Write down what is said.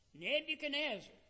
Nebuchadnezzar